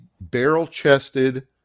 barrel-chested